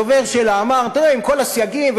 הדובר שלה אמר: "עם כל הסייגים,